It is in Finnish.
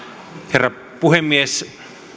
herra puhemies